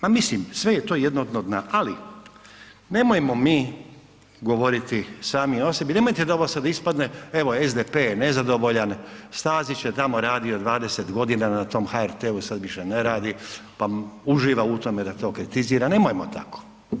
Pa mislim, sve je to jedno dno dna ali nemojmo mi govoriti sami o sebi, nemojte da ovo sad ispadne evo, SDP je nezadovoljan, Stazić je tamo radio 20 g. na tom HRT-u, sad više ne radi pa uživa u tome da to kritizira, nemojmo tako.